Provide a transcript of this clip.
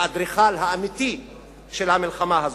האדריכל האמיתי של המלחמה הזאת.